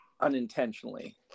unintentionally